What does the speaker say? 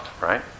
right